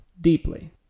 deeply